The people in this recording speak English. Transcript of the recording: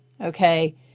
Okay